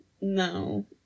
No